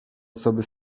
osoby